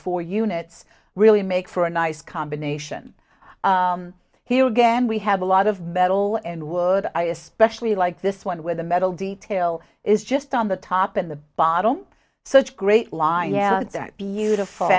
four units really make for a nice combination here again we have a lot of metal and world i especially like this one where the metal detail is just on the top and the bottom such great line yea